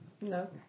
No